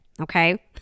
okay